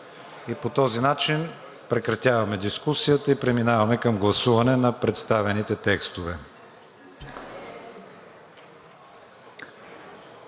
По този начин прекратяваме дискусията и преминаваме към гласуване на представените текстове.